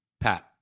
Pat